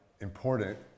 important